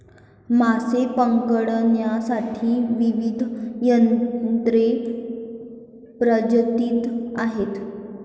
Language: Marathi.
मासे पकडण्यासाठी विविध तंत्रे प्रचलित आहेत